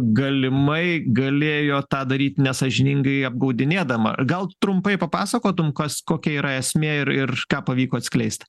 galimai galėjo tą daryt nesąžiningai apgaudinėdama gal trumpai papasakotum kas kokia yra esmė ir ir ką pavyko atskleist